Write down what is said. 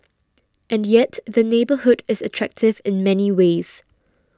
and yet the neighbourhood is attractive in many ways